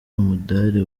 umudali